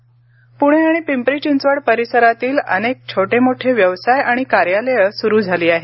प्णे आणि पिंपरी चिंचवड परिसरातील अनेक छोटे मोठे व्यवसाय आणि कार्यालयं सुरू झाली आहेत